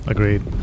Agreed